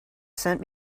sent